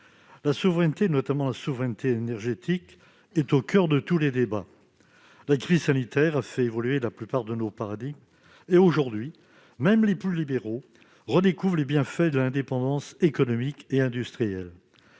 la souveraineté, notamment la souveraineté énergétique, est au coeur de tous les débats. La crise sanitaire a fait évoluer la plupart de nos paradigmes, et même les plus libéraux redécouvrent aujourd'hui les bienfaits de l'indépendance économique et industrielle.